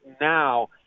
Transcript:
now